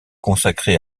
consacré